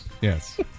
Yes